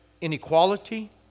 inequality